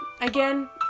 again